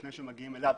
לפני שמגיעים אליו,